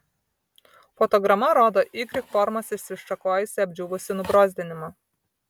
fotograma rodo y formos išsišakojusį apdžiūvusį nubrozdinimą